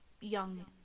young